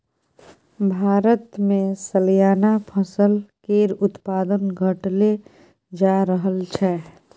भारतमे सलियाना फसल केर उत्पादन घटले जा रहल छै